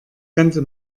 ganze